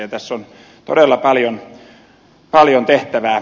tässä on todella paljon tehtävää